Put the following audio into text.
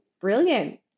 brilliant